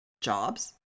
jobs